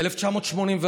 ב-1984,